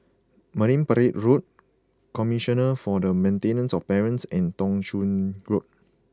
Marine Parade Road Commissioner for the Maintenance of Parents and Thong Soon Road